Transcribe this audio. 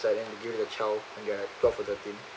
inside and give it to their child when they're twelve or thirteen